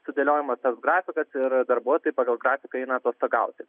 sudėliojamas tas grafikas ir darbuotojai pagal grafiką eina atostogauti